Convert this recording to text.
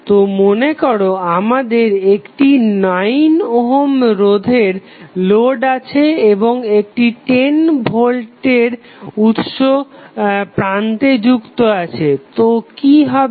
তো মনেকরো আমাদের একটি 9 ওহম রোধের লোড আছে এবং একটি 10 ভোল্টের উৎস প্রান্তে যুক্ত আছে তো কি হবে